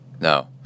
No